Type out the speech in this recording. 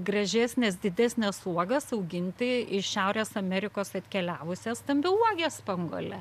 gražesnes didesnes uogas auginti iš šiaurės amerikos atkeliavusias stambiauogę spanguolę